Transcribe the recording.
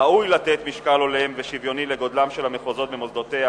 ראוי לתת משקל הולם ושוויוני לגודלם של המחוזות במוסדות.